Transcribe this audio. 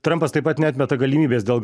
trampas taip pat neatmeta galimybės dėl